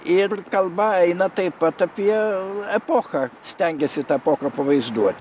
ir kalba eina taip pat apie epochą stengėsi tą epochą pavaizduo